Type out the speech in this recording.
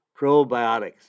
probiotics